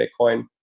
Bitcoin